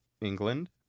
England